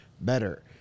better